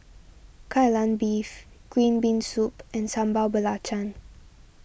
Kai Lan Beef Green Bean Soup and Sambal Belacan